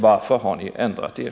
Varför har ni ändrat er?